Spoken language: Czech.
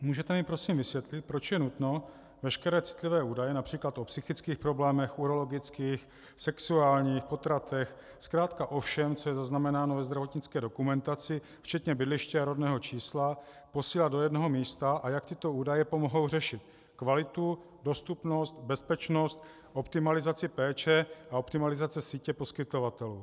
Můžete mi prosím vysvětlit, proč je nutno veškeré citlivé údaje, například o psychických problémech, o urologických, sexuálních, potratech, zkrátka o všem, co je zaznamenáno ve zdravotnické dokumentaci včetně bydliště a rodného čísla, posílat do jednoho místa a jak tyto údaje pomohou řešit kvalitu, dostupnost, bezpečnost, optimalizaci péče a optimalizaci sítě poskytovatelů?